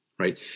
Right